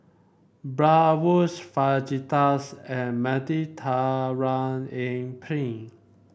Bratwurst Fajitas and Penne